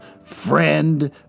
friend